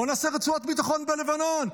בואו נעשה רצועת ביטחון בלבנון.